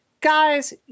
guys